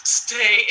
stay